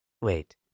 Wait